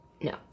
no